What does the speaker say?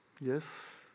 Yes